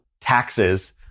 taxes